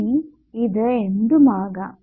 ഇനി ഇത് എന്തും ആകാം